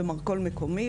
במרכול מקומי,